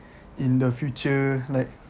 in the future like